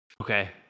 Okay